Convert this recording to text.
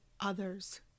others